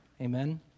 Amen